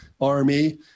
Army